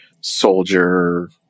soldier